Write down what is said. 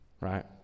Right